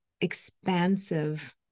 expansive